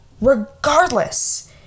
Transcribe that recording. regardless